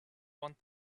want